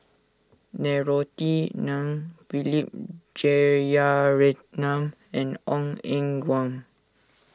Norothy Ng Philip Jeyaretnam and Ong Eng Guan